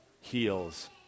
heals